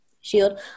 shield